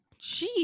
Jeez